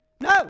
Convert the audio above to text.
No